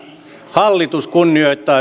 hallitus kunnioittaa